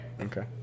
Okay